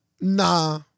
Nah